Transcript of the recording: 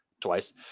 twice